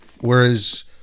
whereas